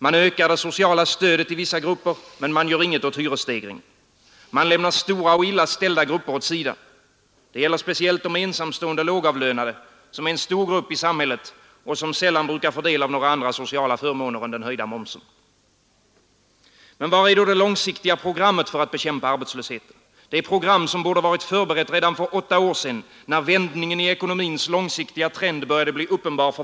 Man ökar det sociala stödet till vissa grupper, men man gör inget åt hyresstegringen. Man lämnar stora och illa ställda grupper åt sidan. Det gäller de ensamstående lågavlönade, som är en stor grupp i samhället och som sällan får del av några andra sociala förmåner än den höjda momsen. Men var är det långsiktiga programmet för att bekämpa arbetslösheten, det program, som borde varit förberett redan för åtta år sedan när vändningen i ekonomins långsiktiga trend började bli uppenbar?